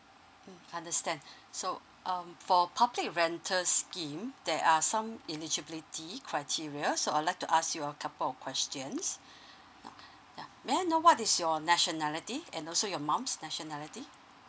mm understand so um for public rental scheme there are some eligibility criteria so I'd like to ask you a couple questions now yeah may I know what is your nationality and also your mum's nationality